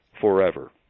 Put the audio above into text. forever